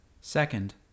Second